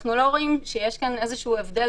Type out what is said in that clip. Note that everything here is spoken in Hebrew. אנחנו לא רואים שיש כאן איזשהו הבדל